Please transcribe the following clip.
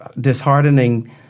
disheartening